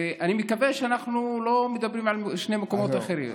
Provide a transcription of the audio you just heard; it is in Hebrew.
אני מקווה שאנחנו לא מדברים על שני מקומות שונים.